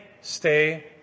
stay